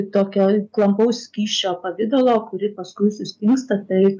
tokio klampaus skysčio pavidalo kuri paskui sustingsta tai